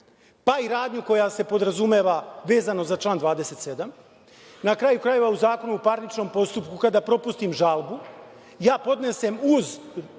pa i radnju koja se podrazumeva vezano za član 27. Na kraju krajeva, u Zakonu o parničnom postupku, kada propustim žalbu, ja podnesem uz